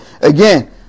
again